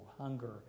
Hunger